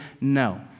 no